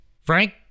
Frank